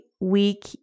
week